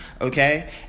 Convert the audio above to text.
okay